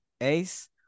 Ace